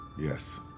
Yes